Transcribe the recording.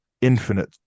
infinite